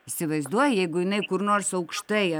įsivaizduoji jeigu jinai kur nors aukštai